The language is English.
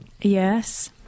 Yes